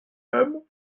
aime